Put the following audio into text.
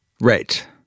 Right